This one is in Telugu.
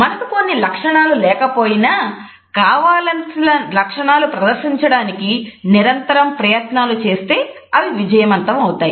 మనకు కొన్ని లక్షణాలు లేకపోయినా కావలసిన లక్షణాలు ప్రదర్శించడానికి నిరంతర ప్రయత్నాలు చేస్తే అవి విజయవంతమవుతాయి